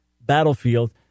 battlefield